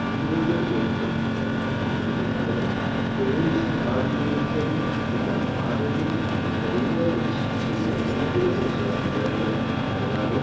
ഇരുപത് ഏപ്രിൽ രണ്ടായിരത്തി ഇരുപത്തിനാലിന് എയിംസ് ആതിഥേയത്വം വഹിക്കുന്ന ആരോഗ്യ ക്യാമ്പിൽ എങ്ങനെ രജിസ്റ്റർ ചെയ്യാം എന്നതിനെ കുറിച്ചുള്ള വിവരങ്ങൾ നൽകാമോ